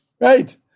Right